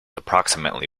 approximately